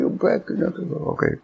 Okay